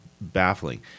baffling